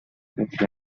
تاکسی